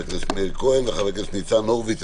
מאיר כהן וניצן הורוביץ,